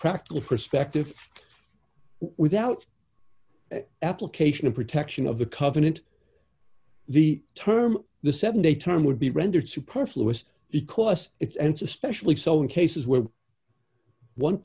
practical perspective without application of protection of the covenant the term the seven day term would be rendered superfluous because its answer specially so in cases where one